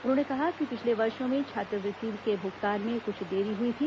उन्होंने कहा कि पिछले वर्षो में छात्रवृति के भूगतान में कुछ देरी हुई थी